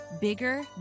Bigger